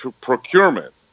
procurement